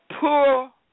poor